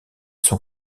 son